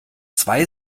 zwei